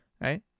Right